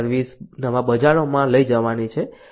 service નવા બજારોમાં લઈ જવાની છે